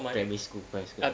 primary school primary school